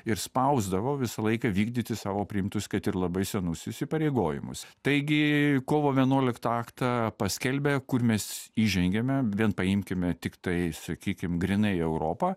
ir spausdavo visą laiką vykdyti savo priimtus kad ir labai senus įsipareigojimus taigi kovo vienuoliktą aktą paskelbė kur mes įžengėme vien paimkime tiktai sakykim grynai europą